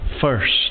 first